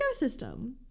ecosystem